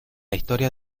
historia